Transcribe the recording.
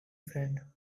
friend